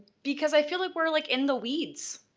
because i feel like we're like in the weeds.